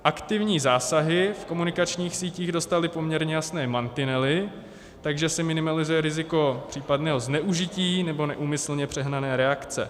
Aktivní zásahy v komunikačních sítích dostaly poměrně jasné mantinely, takže se minimalizuje riziko případného zneužití nebo neúmyslně přehnané reakce.